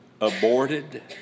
aborted